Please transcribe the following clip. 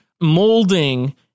molding